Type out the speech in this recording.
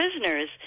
prisoners